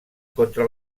contra